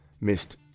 missed